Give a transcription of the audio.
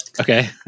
Okay